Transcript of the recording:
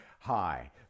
Hi